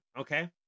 Okay